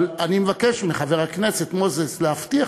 אבל אני מבקש מחבר הכנסת מוזס להבטיח